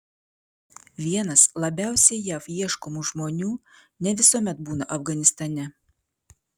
vienas labiausiai jav ieškomų žmonių ne visuomet būna afganistane